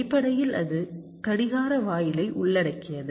அடிப்படையில் அது கடிகார வாயிலை உள்ளடக்கியது